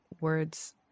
words